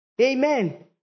Amen